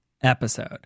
episode